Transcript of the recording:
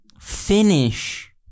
finish